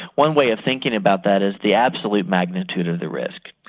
one way of thinking about that is the absolute magnitude of the risk,